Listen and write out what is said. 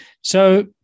So-